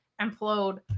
implode